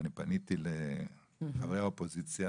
פניתי לחברי האופוזיציה